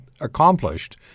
accomplished